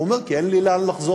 הוא אומר: כי אין לי לאן לחזור.